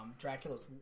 Dracula's